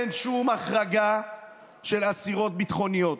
אין שום החרגה של אסירות ביטחוניות,